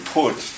put